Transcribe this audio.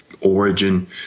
origin